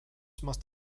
must